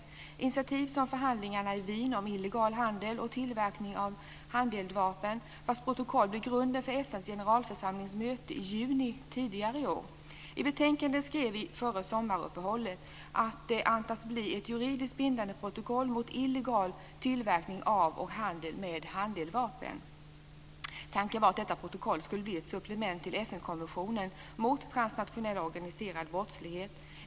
Det handlar om initiativ som förhandlingarna i Wien om illegal handel och tillverkning av handeldvapen vars protokoll blev grunden för FN:s generalförsamlings möte i juni i år. I betänkandet skrev vi före sommaruppehållet att det antas bli ett juridiskt bindande protokoll mot illegal tillverkning av och handel med handeldvapen. Tanken var att detta protokoll skulle bli ett supplement till FN-konventionen mot transnationell organiserad brottslighet.